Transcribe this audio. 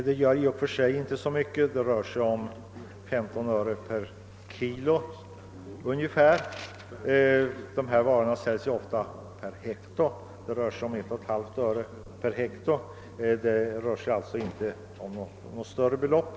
Det gör i och för sig inte så mycket — det rör sig om ungefär 15 öre per kilo eler, eftersom de här varorna ofta säljs per hekto, 1,5 öre per hekto, vilket alltså inte är något större belopp.